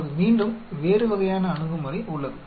இப்போது மீண்டும் வேறு வகையான அணுகுமுறை உள்ளது